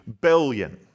billion